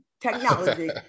Technology